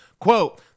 Quote